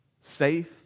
safe